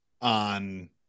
on